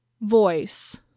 voice